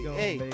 hey